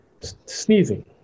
Sneezing